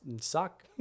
suck